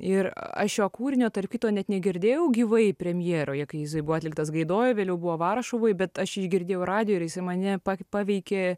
ir aš šio kūrinio tarp kitko net negirdėjau gyvai premjeroje kai jisai buvo atliktas gaidoj vėliau buvo varšuvoj bet aš jį girdėjau radijoj ir jisai mane paveikė